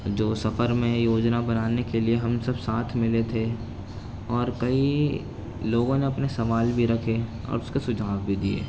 جو سفر میں یوجنا بنانے کے لیے ہم سب ساتھ ملے تھے اور کئی لوگوں نے اپنے سوال بھی رکھے اور اس کا سجھاؤ بھی دیے